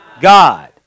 God